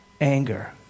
anger